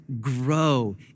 grow